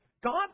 God